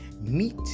Meet